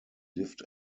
lived